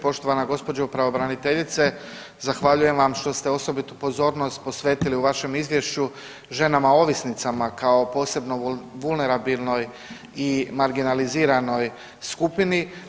Poštovana gospođo pravobraniteljice zahvaljujem vam što ste osobitu pozornost posvetili u vašem izvješću ženama ovisnicima kao posebno vulnerabilnoj i marginaliziranoj skupini.